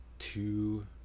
Two